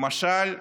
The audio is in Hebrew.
למשל,